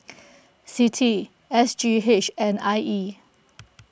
Citi S G H and I E